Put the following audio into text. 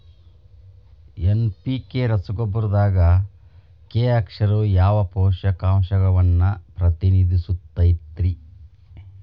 NPK ರಸಗೊಬ್ಬರದಾಗ K ಅಕ್ಷರವು ಯಾವ ಪೋಷಕಾಂಶವನ್ನ ಪ್ರತಿನಿಧಿಸುತೈತ್ರಿ?